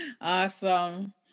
awesome